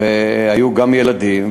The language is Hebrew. היו גם ילדים,